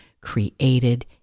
created